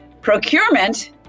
Procurement